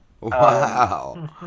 Wow